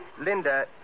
Linda